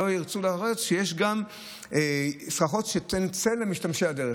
יש סככות שנותנות צל למשתמשי הדרך,